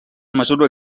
mesura